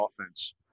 offense